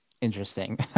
interesting